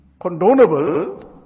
condonable